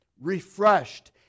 refreshed